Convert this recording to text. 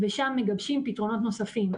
ושם מגבשים פתרונות נוספים.